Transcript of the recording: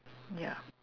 ya